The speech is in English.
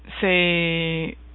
say